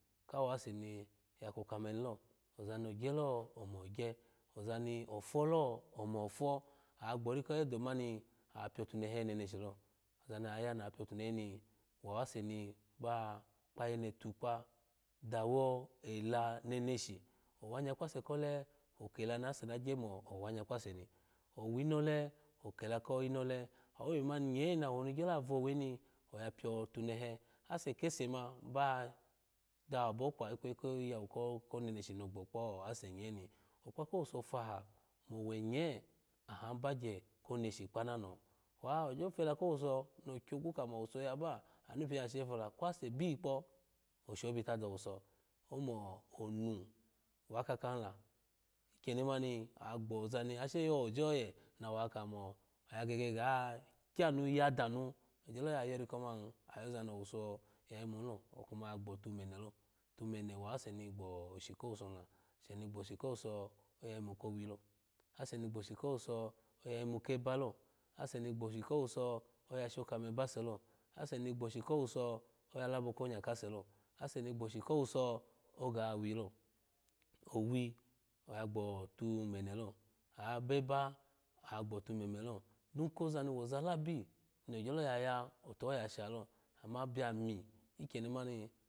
Ka wuse mi ya ko kame nilo ozani ogyolo omo gye oza ni ofolo omofo a gbo rika wedo mami apyetumehe nemeshilᴏ ᴏᴢami aya yapyotumehe ni wa kpayene tukpa dawo da neneshi owanya kwase kole okela shose na gya mo owany kwase mi owinole ekda kinola awowe mani nye awo ni gyo ya vowe oya biyo tune he ase kese ma ka dawo abokpa ikweyi ki yawo neneshi ni ogba kpasu nye okpa kowuso faha owenye ohabugye ko meneshi kpananoho kuwa ogyolofela kowuso ni okwogwu kamowuso ya ba anubi ya shepola kwase bikpo osho bita dowuya omonu wakaka hila ikyeni mani agboza ni ashe yo je oye ni awo ya ka mo ya ga kyanu ya danu ogyolo ya yoriloma ayozu mi owuso ya yimu lo okwuma ya ghotu menelo afu mene wase ni gboshi kowuso nila ase mi gboshi kowuso oya yimu kowilo ashes ni gboshi kowuso aya yimu keba lo ashe ni gbashi kowuyo oya yimu kaba lo ashe ni ghoshi kowiyo oya labo konyakase lo ashe ni gboshi kowuso oga wi lo owi ya ghotu mene lo oya beba oya gbotu menelo dokoza mi woza labi ni ogyolo yaya atuho yaha lo ima biya mi